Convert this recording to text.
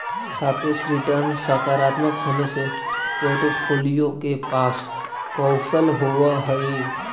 सापेक्ष रिटर्न सकारात्मक होने से पोर्ट्फोलीओ के पास कौशल होवअ हई